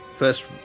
first